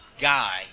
guy